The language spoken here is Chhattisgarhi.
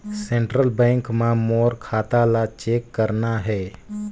सेंट्रल बैंक मां मोर खाता ला चेक करना हे?